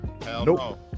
nope